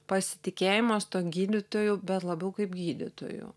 pasitikėjimas tuo gydytoju bet labiau kaip gydytoju